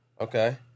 Okay